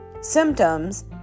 symptoms